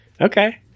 Okay